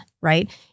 right